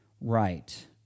right